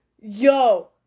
yo